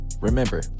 Remember